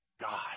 God